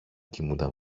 κοιμούνταν